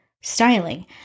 styling